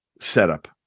setup